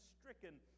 stricken